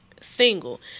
Single